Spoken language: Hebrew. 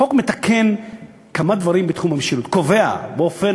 החוק מתקן כמה דברים בתחום המשילות: קובע באופן